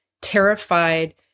terrified